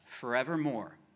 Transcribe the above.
Forevermore